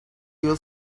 yıl